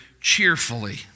cheerfully